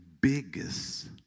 biggest